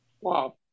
Wow